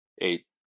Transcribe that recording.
eight